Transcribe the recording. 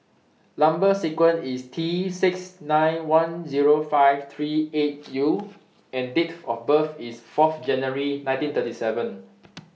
Number sequence IS Tsixty nine lakh ten thousand five hundred and thirty eight U and Date of birth IS four January one thousand nine hundred and thirty seven